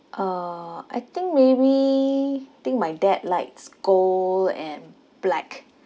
uh I think maybe I think my dad likes gold and black